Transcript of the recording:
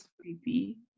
Creepy